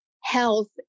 health